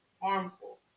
harmful